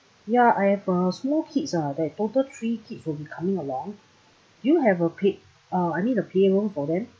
ya I have uh small kids uh there're total three kids will be coming along do you have a play uh I mean a playroom for them